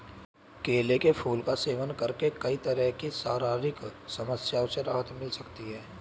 केले के फूल का सेवन करके कई तरह की शारीरिक समस्याओं से राहत मिल सकती है